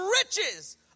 riches